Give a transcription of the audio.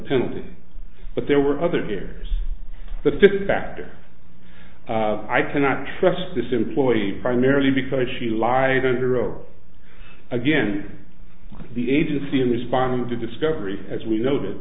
penalty but there were other near the fifth factor i cannot trust this employee primarily because she lied under oath again the agency in responding to discovery as we know that